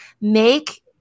make